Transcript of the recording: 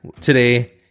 today